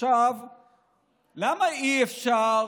למה אי-אפשר